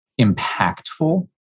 impactful